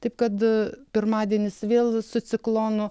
taip kad pirmadienis vėl su ciklonu